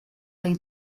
hoy